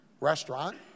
Restaurant